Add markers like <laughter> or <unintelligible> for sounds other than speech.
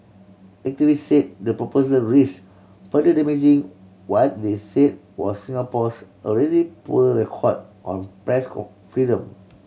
activists said the proposal risked further damaging what they said was Singapore's already poor record on press <unintelligible> freedom